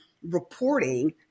reporting